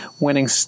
winning